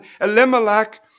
Elimelech